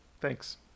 thanks